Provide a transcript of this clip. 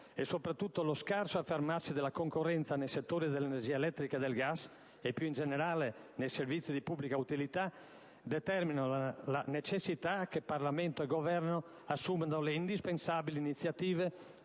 e, sopratutto, lo scarso affermarsi della concorrenza nei settori dell'energia elettrica e del gas, e più in generale nei servizi di pubblica utilità, determinano la necessità che Parlamento e Governo assumano le indispensabili iniziative